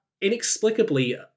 inexplicably